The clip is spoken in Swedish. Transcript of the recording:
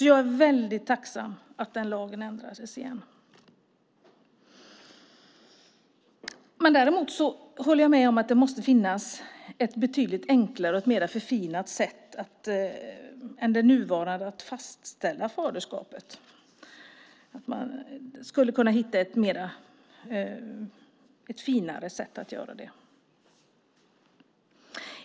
Jag är väldigt tacksam att den lagen ändrades. Däremot håller jag med om att det måste finnas ett betydligt enklare och mer förfinat sätt än det nuvarande att fastställa faderskapet, att man skulle kunna hitta ett finare sätt att göra det.